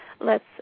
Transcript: lets